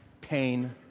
pain